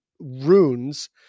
Runes